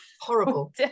Horrible